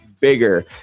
Bigger